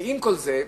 ועם כל זה,